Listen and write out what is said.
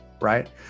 right